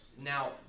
Now